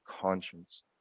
conscience